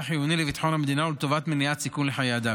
חיוני לביטחון המדינה ולטובת מניעת סיכון לחיי אדם.